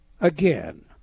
Again